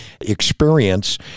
experience